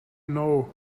know